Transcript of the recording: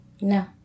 No